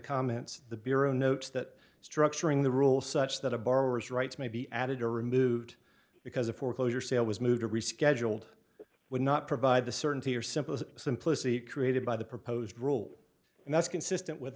comments the bureau notes that structuring the rule such that a borrower is rights may be added or removed because a foreclosure sale was moved or rescheduled would not provide the certainty or simplicity simplicity created by the proposed rule and that's consistent with